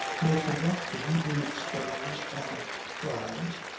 may conduct him whom it spurs and drives,